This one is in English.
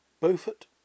Beaufort